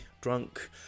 drunk